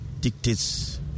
dictates